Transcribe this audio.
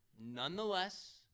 nonetheless